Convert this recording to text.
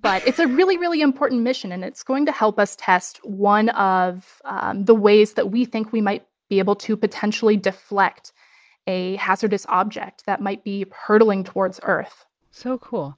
but it's a really, really important mission, and it's going to help us test one of the ways that we think we might be able to potentially deflect a hazardous object that might be hurtling towards earth so cool